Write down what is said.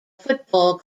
football